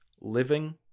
Living